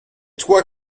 toi